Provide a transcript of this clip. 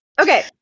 Okay